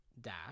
dash